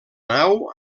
nau